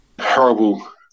horrible